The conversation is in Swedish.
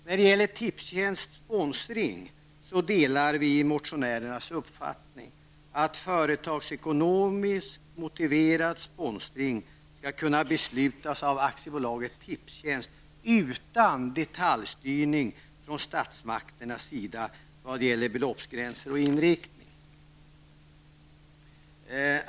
När det gäller Tipstjänsts sponsring delar vi motionärernas uppfattning att företagsekonomiskt motiverad sponsring skall kunna beslutas av Aktiebolaget Tipstjänst utan detaljstyrning från statsmakternas sida i vad gäller beloppsgränser och inriktning.